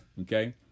okay